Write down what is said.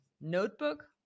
notebook